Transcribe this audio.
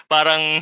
Parang